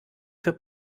für